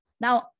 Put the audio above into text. now